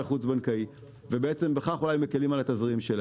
חוץ בנקאיים ובכך אולי הם מקלים על התזרים שלהם.